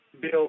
Bill